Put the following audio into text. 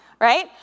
Right